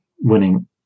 winning